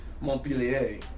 Montpellier